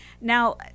Now